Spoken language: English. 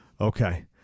Okay